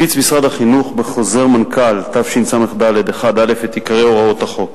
הפיץ משרד החינוך בחוזר מנכ"ל תשס"ד/1א את עיקרי הוראות החוק.